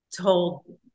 told